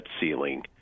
ceiling